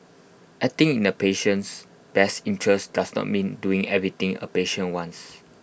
acting in the patient's best interests does not mean doing everything A patient wants